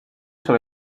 sur